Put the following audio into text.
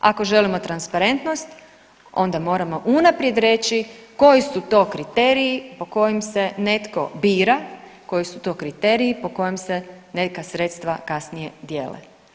Ako želimo transparentnost, onda moramo unaprijed reći koji su to kriteriji po kojim se netko bira, koji su to kriteriji po kojem se neka sredstva kasnije dijele.